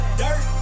dirt